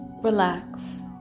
relax